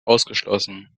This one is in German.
ausgeschlossen